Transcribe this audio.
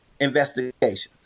investigations